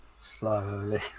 slowly